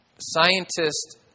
scientists